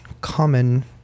common